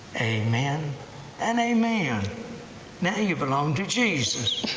amen and amen! now you belong to jesus!